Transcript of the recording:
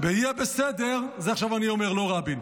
מדבר עכשיו על, עכשיו אני אומר את זה, לא רבין.